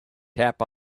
tap